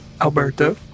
Alberto